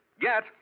Get